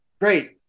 Great